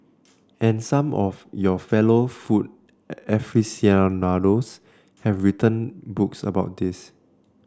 and some of your fellow food aficionados have written books about this